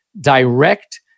direct